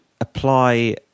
apply